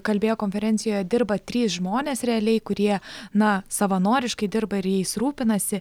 kalbėjo konferencijoje dirba trys žmonės realiai kurie na savanoriškai dirba ir jais rūpinasi